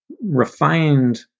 refined